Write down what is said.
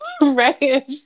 right